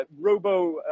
robo